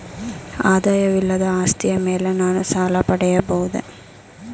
ಆದಾಯವಿಲ್ಲದ ಆಸ್ತಿಯ ಮೇಲೆ ನಾನು ಸಾಲ ಪಡೆಯಬಹುದೇ?